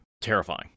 terrifying